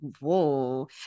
whoa